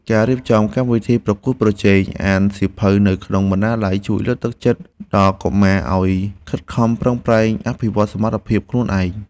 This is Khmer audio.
ការរៀបចំកម្មវិធីប្រកួតប្រជែងអានសៀវភៅនៅក្នុងបណ្ណាល័យជួយលើកទឹកចិត្តដល់កុមារឱ្យខិតខំប្រឹងប្រែងអភិវឌ្ឍសមត្ថភាពខ្លួនឯង។